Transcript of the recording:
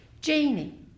Jeannie